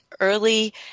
early